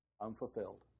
unfulfilled